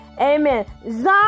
amen